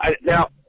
now